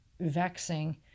vexing